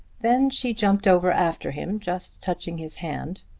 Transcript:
then she jumped over after him, just touching his hand.